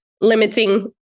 limiting